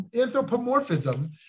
anthropomorphism